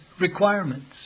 requirements